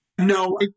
No